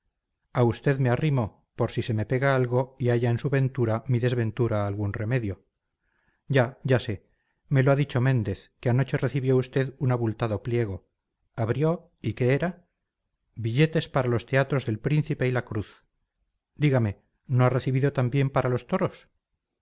a usted me arrimo por si se me pega algo y halla en su ventura mi desventura algún remedio ya ya sé me lo ha dicho méndez que anoche recibió usted un abultado pliego abrió y qué era billetes para los teatros del príncipe y la cruz dígame no ha recibido también para los toros